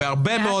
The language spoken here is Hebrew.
יש הרבה מאוד